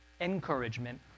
encouragement